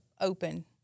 open